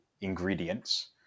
ingredients